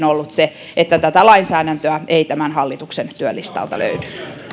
ollut se että tätä lainsäädäntöä ei tämän hallituksen työlistalta löydy